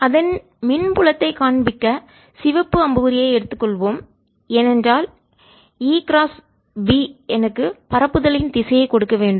அதன் மின் புலத்தை காண்பிக்க சிவப்பு அம்புக்குறி ஐ எடுத்துக் கொள்வோம் ஏனென்றால் E கிராஸ் B எனக்கு பரப்புதலின் திசையை கொடுக்க வேண்டும்